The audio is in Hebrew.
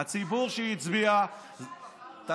הציבור שהצביע, המפכ"ל שהוא מינה?